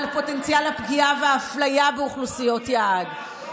על פוטנציאל הפגיעה והאפליה באוכלוסיות יעד.